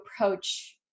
approach